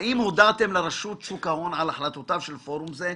האם הודעתם לרשות שוק ההון על החלטותיו של פורום זה?